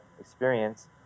experience